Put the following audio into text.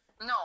No